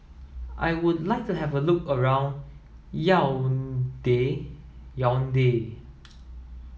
I would like to have a look around Yaounde